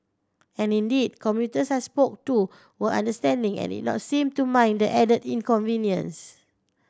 and indeed commuters I spoke to were understanding and did not seem to mind the added inconvenience